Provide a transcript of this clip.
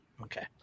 Okay